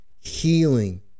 healing